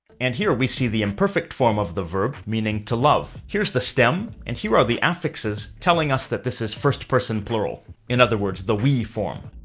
and here we see the imperfect form of the verb meaning to love. here's the stem, and here are the affixes telling us that this is first-person plural in other words, the we form.